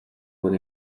when